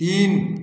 तीन